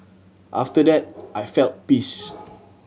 after that I felt peace